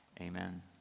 Amen